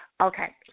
Okay